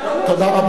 תודה רבה.